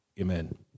Amen